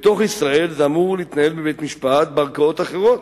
בתוך ישראל זה אמור להתנהל בבית-משפט בערכאות אחרות,